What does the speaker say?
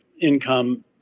income